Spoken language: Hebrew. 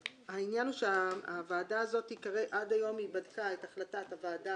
העניין הוא שהוועדה הזאת יושבת במוסד ועד היום היא בדקה את החלטת הוועדה